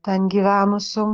ten gyvenusių